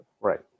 Right